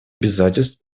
обязательств